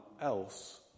else